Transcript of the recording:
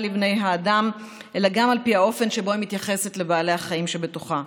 לבני האדם אלא גם על פי האופן שבו היא מתייחסת לבעלי החיים שבתוכה".